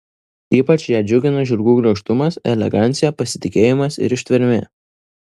ypač ją džiugina žirgų grakštumas elegancija pasitikėjimas ir ištvermė